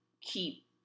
keep